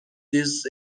this